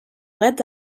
let